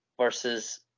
versus